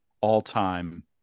all-time